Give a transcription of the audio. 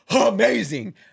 Amazing